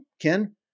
Ken